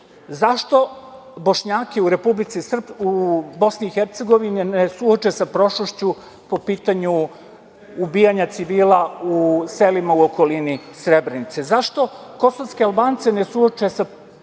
Zašto Bošnjake u BiH ne suoče sa prošlošću po pitanju ubijanja civila u selima u okolini Srebrenice? Zašto kosovske Albance ne suoče sa prošlošću